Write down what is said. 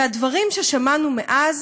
והדברים ששמענו מאז